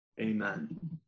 amen